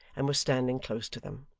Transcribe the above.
and was standing close to them.